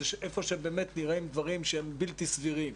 איפה שבאמת נראים דברים שהם בלתי סבירים,